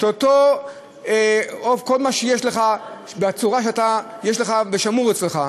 את כל מה שיש לך בצורה שזה שמור אצלך,